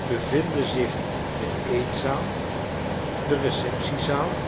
bevinden zich de eetzaal de